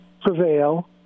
prevail